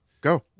Go